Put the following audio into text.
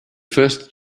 first